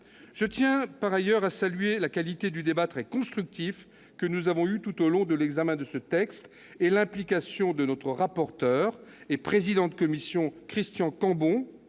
Je tiens par ailleurs à saluer la qualité du débat très constructif que nous avons eu tout au long de l'examen de ce texte, de même que l'implication de notre rapporteur et président de commission, Christian Cambon,